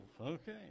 Okay